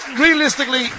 realistically